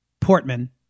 Portman